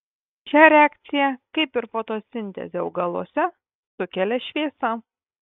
šią reakciją kaip ir fotosintezę augaluose sukelia šviesa